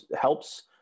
helps